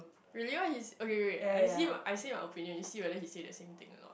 really what his okay wait I se~ I say my opinion you see whether he say the same or not